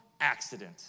accident